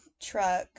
truck